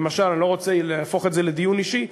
אני לא רוצה להפוך את זה לדיון אישי,